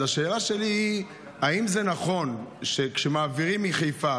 השאלה שלי היא האם זה נכון שכשמעבירים מחיפה,